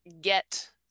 get